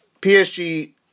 PSG